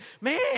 man